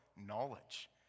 Knowledge